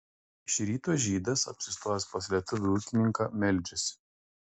iš ryto žydas apsistojęs pas lietuvį ūkininką meldžiasi